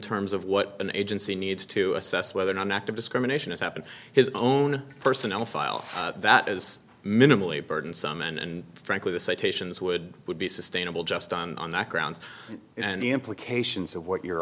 terms of what an agency needs to assess whether or not an act of discrimination has happened his own personnel file that is minimally burdensome and frankly the citations would be sustainable just on that grounds and the implications of what you're